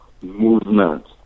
movement